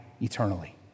eternally